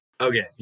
Okay